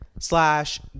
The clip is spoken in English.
Slash